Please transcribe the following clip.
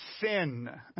sin